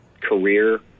career